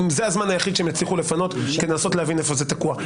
אם זה הזמן היחיד שהם יצליחו לפנות כדי לנסות להבין איפה זה תקוע.